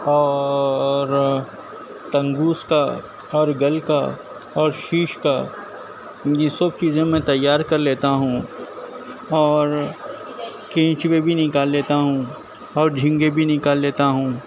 اور تنگوسکا اور گلکا اور شیشکا یہ سب چیزیں میں تیار کر لیتا ہوں اور کینچوے بھی نکال لیتا ہوں اور جھینگے بھی نکال لیتا ہوں